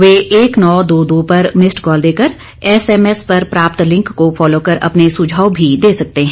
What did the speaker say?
वे एक नौ दो दो पर मिस्ड कॉल देकर एसएमएस पर प्राप्त लिंक को फॉलो कर अपने सुझाव भी दे सकते हैं